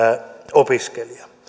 opiskelija